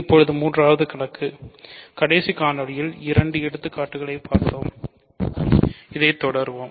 இப்போது மூன்றாவது கணக்கு கடைசி காணொளியில் இரண்டு எடுத்துக்காட்டுகளை பார்த்தோம் இதை தொடருவோம்